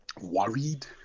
worried